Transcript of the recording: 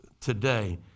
today